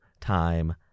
time